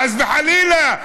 חס וחלילה.